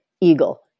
Eagle